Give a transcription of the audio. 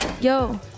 Yo